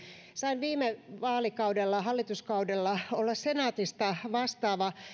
sain viime vaalikaudella hallituskaudella olla senaatista vastaava